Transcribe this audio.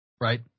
right